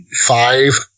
Five